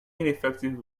ineffective